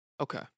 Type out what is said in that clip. Okay